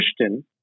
Christian